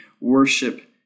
worship